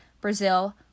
Brazil